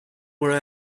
where